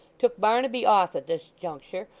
took barnaby off at this juncture,